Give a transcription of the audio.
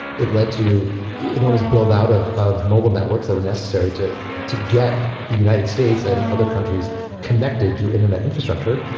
it led to enormous build out of of mobile networks that were necessary to to get the united states and other countries connected through internet instructor,